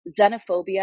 xenophobia